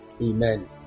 Amen